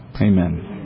Amen